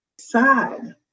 sad